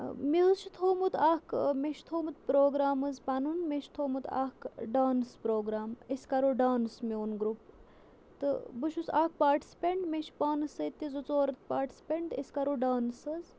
مےٚ حظ چھُ تھومُت اَکھ مےٚ چھُ تھومُت پرٛوگرام حظ پَنُن مےٚ چھُ تھوٚومُت اَکھ ڈانٕس پرٛوگرام أسۍ کَرو ڈانٕس میون گرُپ تہٕ بہٕ چھُس اَکھ پاٹِسِپی۪نٛٹ مےٚ چھِ پانَس سۭتۍ تہِ زٕ ژورَتھ پاٹسپینٛٹ تہٕ أسۍ کَرو ڈانٕس حظ